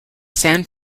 san